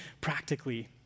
practically